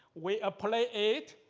we apply it.